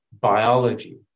biology